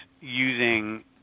using